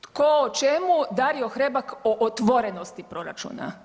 Tko o čemu Dario Hrebak o otvorenosti proračuna.